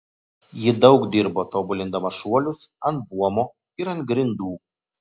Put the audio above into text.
ji daug dirbo tobulindama šuolius ant buomo ir ant grindų